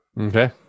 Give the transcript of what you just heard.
Okay